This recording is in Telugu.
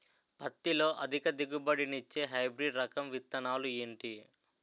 పత్తి లో అధిక దిగుబడి నిచ్చే హైబ్రిడ్ రకం విత్తనాలు ఏంటి